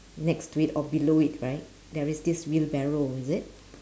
next to it or below it right there is this wheelbarrow is it